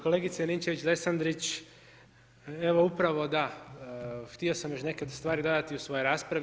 Kolegice Ninčević-Lesandrić, evo upravo da htio sam još neke stvari dodati u svojoj raspravi.